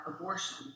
abortion